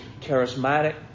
charismatic